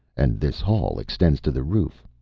and this hall extends to the roof.